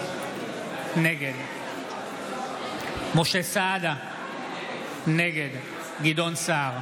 נגד משה סעדה, נגד גדעון סער,